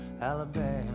Alabama